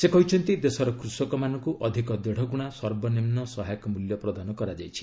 ସେ କହିଛନ୍ତି ଦେଶର କୃଷକମାନଙ୍କୁ ଅଧିକ ଦେଢ଼ଗୁଣା ସର୍ବନିମ୍ନ ସହାୟକ ମୂଲ୍ୟ ପ୍ରଦାନ କରାଯାଇଛି